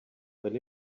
will